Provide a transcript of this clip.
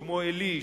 כמו עלי,